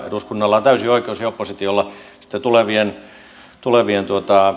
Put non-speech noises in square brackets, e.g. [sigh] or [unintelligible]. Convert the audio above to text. [unintelligible] eduskunnalla on täysi oikeus ja oppositiolla sitten tulevien tulevien